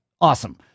awesome